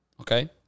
Okay